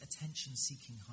attention-seeking